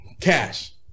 Cash